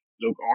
look